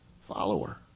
follower